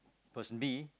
person B